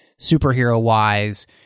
superhero-wise